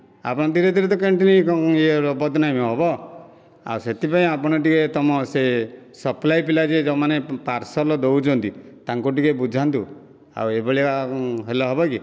ଆପଣ ଧୀରେ ଧୀରେ ତ କ୍ୟାଣ୍ଟିନ ର ବଦନାମ ହେବ ଆଉ ସେଥିପାଇଁ ଆପଣ ଟିକେ ତମ ସେ ସପ୍ଲାଏ ପିଲା ଯିଏ ଯେଉଁମାନେ ପାର୍ସଲ ଦେଉଛନ୍ତି ତାଙ୍କୁ ଟିକେ ବୁଝାନ୍ତୁ ଆଉ ଏଇଭଳିଆ ହେଲେ ହେବ କି